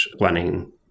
running